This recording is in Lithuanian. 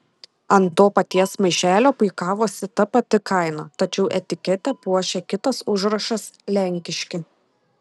ant to paties maišelio puikavosi ta pati kaina tačiau etiketę puošė kitas užrašas lenkiški